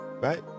Right